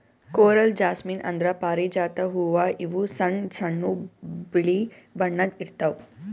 coral jasmine ಅಂದ್ರ ಪಾರಿಜಾತ ಹೂವಾ ಇವು ಸಣ್ಣ್ ಸಣ್ಣು ಬಿಳಿ ಬಣ್ಣದ್ ಇರ್ತವ್